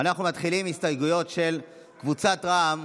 מתחילים בהסתייגויות של קבוצת רע"מ.